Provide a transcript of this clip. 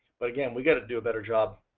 but again, we've got to to a better job.